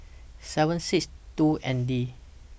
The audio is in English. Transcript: seven six two N D